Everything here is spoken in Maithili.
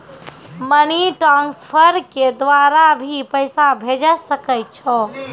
मनी ट्रांसफर के द्वारा भी पैसा भेजै सकै छौ?